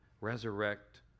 resurrect